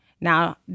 Now